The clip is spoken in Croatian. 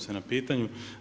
se na pitanju.